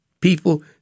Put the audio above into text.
people